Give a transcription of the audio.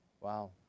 Wow